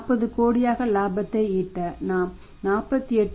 40 கோடி லாபத்தை ஈட்ட நாம் 48